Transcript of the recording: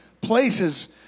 places